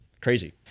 crazy